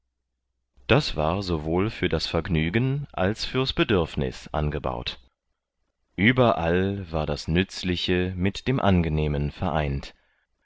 das war sowohl für das vergnügen als fürs bedürfniß angebaut ueberall war das nützliche mit dem angenehmen vereint